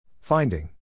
Finding